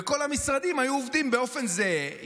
וכל המשרדים היו עובדים באופן זהה,